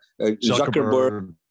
Zuckerberg